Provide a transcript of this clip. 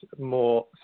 more